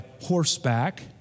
horseback